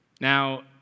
Now